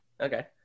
Okay